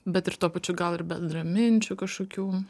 bet ir tuo pačiu gal ir bendraminčių kažkokių